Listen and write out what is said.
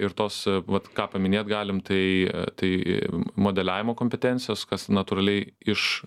ir tos vat ką paminėt galim tai tai modeliavimo kompetencijos kas natūraliai iš